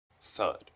Third